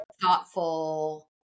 thoughtful